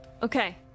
Okay